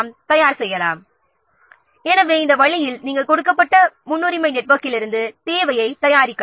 ஒதுக்கீட்டிற்கு முன் இது முதல் படியாகும் கொடுக்கப்பட்ட முன்னுரிமை நெட்வொர்க்கிலிருந்து நாம் தேவைப் பட்டியலைத் தயாரிக்க வேண்டும்